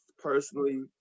personally